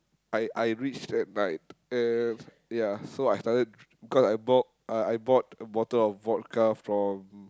I I reached at night and ya so I started cause I bought uh I bought a bottle of vodka from